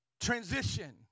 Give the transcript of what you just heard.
transition